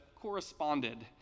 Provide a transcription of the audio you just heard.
corresponded